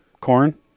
Corn